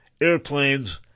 airplanes